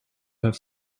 have